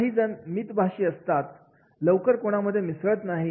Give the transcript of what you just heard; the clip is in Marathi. काहीजण मितभाषी असतात लवकर कोणामध्ये मिसळत नाहीत